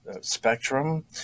spectrum